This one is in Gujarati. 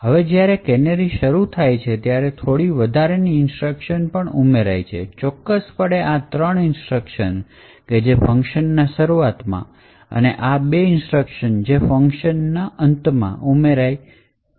હવે જ્યારે કેનેરી શરૂ છે ત્યારે થોડી વધારાની ઇન્સ્ટ્રક્શન ઉમેરાશે ચોક્કસ પણે આ ત્રણ ઇન્સ્ટ્રક્શન કે જે ફંકશનના શરૂઆતમાં અને આ બે ઇન્સ્ટ્રક્શન કે જે ફંકશન ના અંતમાં ઉમેરાઈ છે